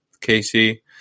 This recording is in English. Casey